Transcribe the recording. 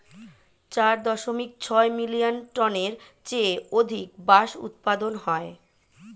চার দশমিক ছয় মিলিয়ন টনের চেয়ে অধিক বাঁশ উৎপাদন হয়